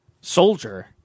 soldier